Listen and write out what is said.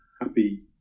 happy